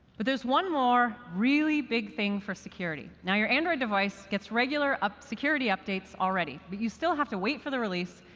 but there's one more really big thing for security. now, your android device gets regular security updates already. but you still have to wait for the release.